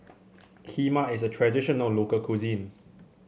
kheema is a traditional local cuisine